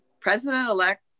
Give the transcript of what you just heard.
President-elect